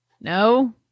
no